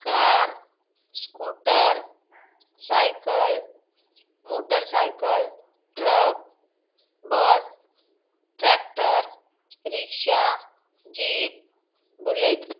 car scooter cycle motorcycle truck bus tractor rickshaw jeep bullet